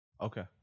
Okay